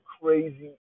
crazy